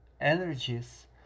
energies